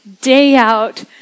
day-out